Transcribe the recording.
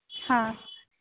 ہاں